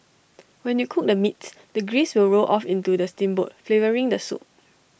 when you cook the meats the grease will roll off into the steamboat flavouring the soup